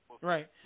Right